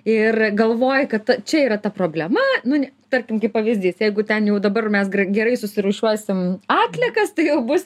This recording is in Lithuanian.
ir galvoji kad ta čia yra ta problema nu ne tarkim kaip pavyzdys jeigu ten jau dabar mes gra gerai susirūšiuosim atliekas tai jau bus